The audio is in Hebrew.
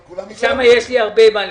שם יש לי הרבה מה ללמוד.